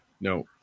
no